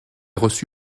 reçu